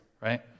Right